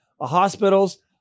hospitals